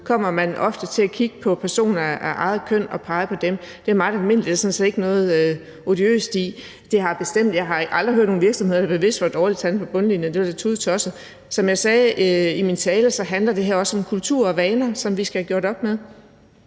der er mange mænd i forvejen, vil det være mænd, og pege på dem. Det er meget almindeligt, og det er der sådan set ikke noget odiøst i. Jeg har aldrig hørt nogle virksomheder sige, at de bevidst ville have dårligere tal på bundlinjen. Det ville da være tudetosset. Som jeg sagde i min tale, handler det her også om kultur og vaner, som vi skal have gjort op med.